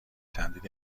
تمدید